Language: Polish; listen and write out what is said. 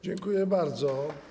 Dziękuję bardzo.